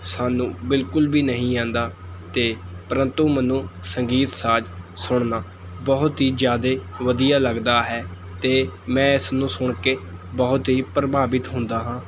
ਸਾਨੂੰ ਬਿਲਕੁਲ ਵੀ ਨਹੀਂ ਆਉਂਦਾ ਅਤੇ ਪ੍ਰੰਤੂ ਮੈਨੂੰ ਸੰਗੀਤ ਸਾਜ਼ ਸੁਣਨਾ ਬਹੁਤ ਹੀ ਜ਼ਿਆਦੇ ਵਧੀਆ ਲੱਗਦਾ ਹੈ ਅਤੇ ਮੈਂ ਇਸ ਨੂੰ ਸੁਣ ਕੇ ਬਹੁਤ ਹੀ ਪ੍ਰਭਾਵਿਤ ਹੁੰਦਾ ਹਾਂ